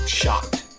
shocked